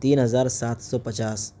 تین ہزار سات سو پچاس